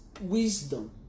wisdom